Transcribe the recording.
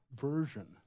version